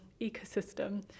ecosystem